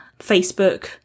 Facebook